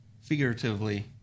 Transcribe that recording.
figuratively